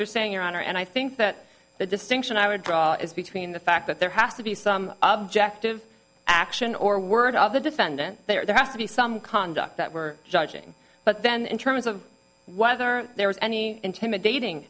you're saying your honor and i think that the distinction i would draw is between the fact that there has to be some object of action or word of the defendant there has to be some conduct that we're judging but then in terms of whether there is any intimidating